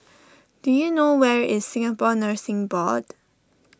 do you know where is Singapore Nursing Board